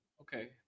Okay